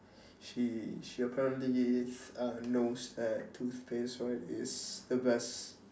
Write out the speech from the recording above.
she she apparently uh knows that toothpaste right is the best